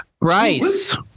Rice